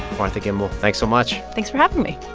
martha gimbel, thanks so much thanks for having me